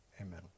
Amen